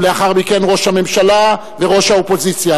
ולאחר מכן ראש הממשלה וראש האופוזיציה.